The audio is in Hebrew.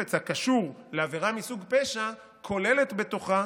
לחפץ הקשור לעבירה מסוג פשע כוללת בתוכה